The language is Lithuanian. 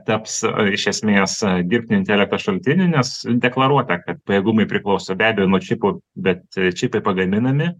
taps ar iš esmės dirbtinio intelekto šaltiniu nes deklaruota kad pajėgumai priklauso be abejo nuo čipų bet čipai pagaminami